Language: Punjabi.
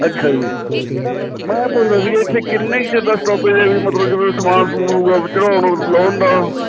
ਅੱਛਾ ਜੀ ਮੈਂ ਪੁੱਛਦਾ ਸੀ ਇੱਥੇ ਕਿੰਨੇ ਕੁ ਚਿਰ ਦਾ ਸਟੋਪੇਜ ਵੀ ਮਤਲਬ ਜਿਵੇਂ ਸਮਾਨ ਸਮੂਨ ਹੋਊਗਾ ਚੜ੍ਹਾਉਣ ਲਾਹੁਣ ਦਾ